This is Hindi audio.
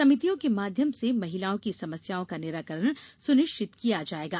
समितियों के माध्यम से महिलाओं की समस्याओं का निराकरण सुनिश्चित किया जायेगा